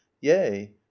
yea